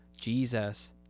Jesus